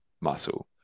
muscle